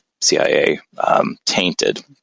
CIA-tainted